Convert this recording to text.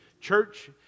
Church